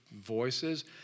voices